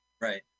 Right